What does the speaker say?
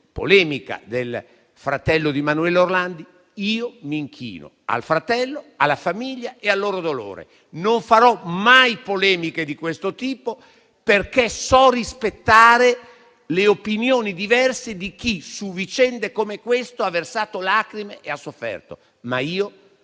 polemica del fratello di Emanuela Orlandi. Io mi inchino al fratello, alla famiglia e al loro dolore. Non farò mai polemiche di questo tipo, perché so rispettare le opinioni diverse di chi, su vicende come questa, ha versato lacrime e ha sofferto. Ma io ho